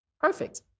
perfect